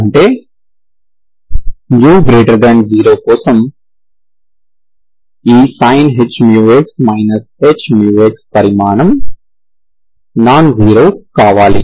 అంటే ⇒ μ0 కోసం ఈ sin hμx hμx పరిమాణం నాన్ జీరో కావాలి